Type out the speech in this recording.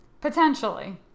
potentially